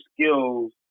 skills